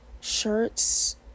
shirts